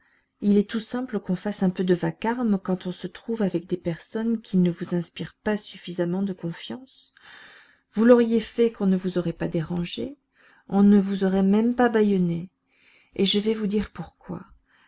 il est tout simple qu'on fasse un peu de vacarme quand on se trouve avec des personnes qui ne vous inspirent pas suffisamment de confiance vous l'auriez fait qu'on ne vous aurait pas dérangé on ne vous aurait même pas bâillonné et je vais vous dire pourquoi